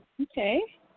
okay